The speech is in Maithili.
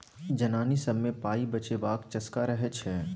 जनानी सब मे पाइ बचेबाक चस्का रहय छै